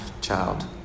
child